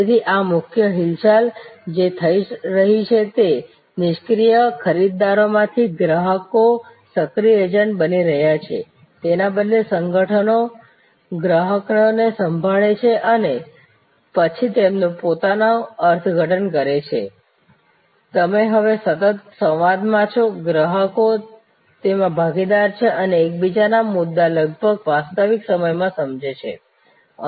તેથી મુખ્ય હિલચાલ જે થઈ રહી છે તે કે નિષ્ક્રિય ખરીદદારોમાંથી ગ્રાહકો સક્રિય એજન્ટ બની રહ્યા છે તેના બદલે સંગઠનો ગ્રાહકોને સાંભળે છે અને પછી તેમનું પોતાનું અર્થઘટન કરે છે તમે હવે સતત સંવાદમાં છો ગ્રાહકો તેમાં ભાગીદાર છે અને એકબીજાના મુદ્દા લગભગ વાસ્તવિક સમયમાં સમજો છો